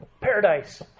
paradise